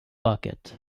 bucket